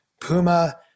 Puma